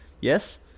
Yes